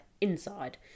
inside